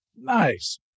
Nice